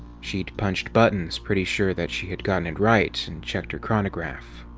she'd punched buttons, pretty sure that she had gotten it right, and checked her chronograph.